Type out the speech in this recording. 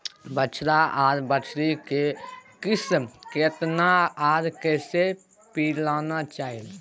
बछरा आर बछरी के खीस केतना आर कैसे पिलाना चाही?